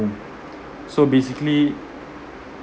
so basically